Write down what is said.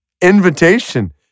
invitation